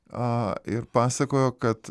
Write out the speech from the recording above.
a ir pasakojo kad